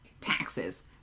taxes